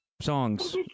songs